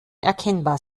erkennbar